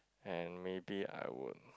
and maybe I would